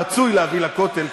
רצוי להביא לכותל,